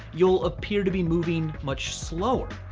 you'll appear to be moving much slower.